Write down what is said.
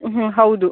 ಹ್ಞೂ ಹೌದು